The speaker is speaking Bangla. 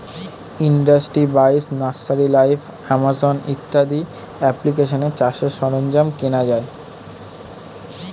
ইন্ডাস্ট্রি বাইশ, নার্সারি লাইভ, আমাজন ইত্যাদি অ্যাপ্লিকেশানে চাষের সরঞ্জাম কেনা যায়